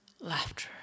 laughter